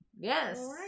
yes